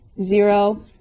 zero